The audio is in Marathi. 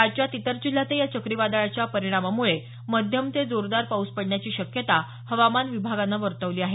राज्यात इतर जिल्ह्यातही या चक्रीवादळाच्या परीणामामुळे मध्यम ते जोरदार पाऊस पडण्याची शक्यता हवामान विभागानं वर्तवली आहे